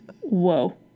Whoa